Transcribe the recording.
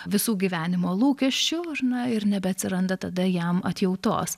visų gyvenimo lūkesčių ar ne ir nebeatsiranda tada jam atjautos